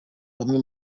bamwe